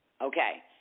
Okay